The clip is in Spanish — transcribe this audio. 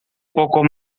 poco